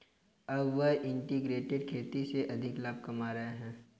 अब वह इंटीग्रेटेड खेती से अधिक लाभ कमा रहे हैं